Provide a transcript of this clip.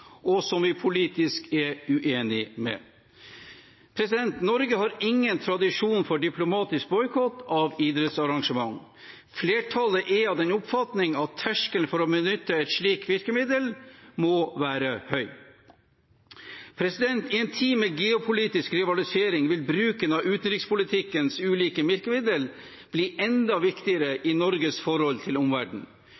og som vi politisk er uenige med. Norge har ingen tradisjon for diplomatisk boikott av idrettsarrangement. Flertallet er av den oppfatning at terskelen for å benytte et slikt virkemiddel må være høy. I en tid med geopolitisk rivalisering vil bruken av utenrikspolitikkens ulike virkemiddel bli enda viktigere